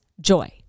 joy